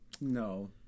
No